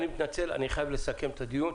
אני מסכם את הדיון.